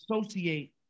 associate